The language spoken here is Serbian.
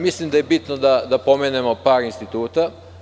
Mislim da je bitno da pomenemo par instituta.